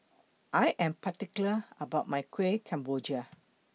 I Am particular about My Kuih Kemboja